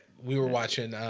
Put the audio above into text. we were watching